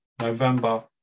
November